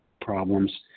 problems